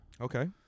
Okay